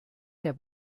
der